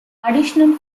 additional